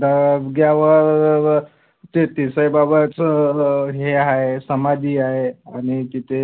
दग्यावर ते तिसयबाबाचं हे आहे समाधी आहे आणि तिथे